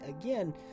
Again